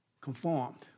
Conformed